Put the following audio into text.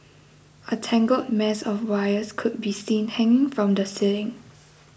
a tangled mess of wires could be seen hanging from the ceiling